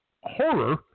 horror